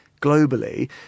globally